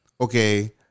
okay